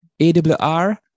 AWR